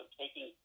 taking